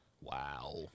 Wow